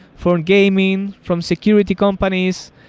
from gaming, from security companies.